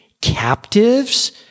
captives